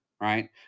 right